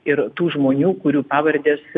ir tų žmonių kurių pavardės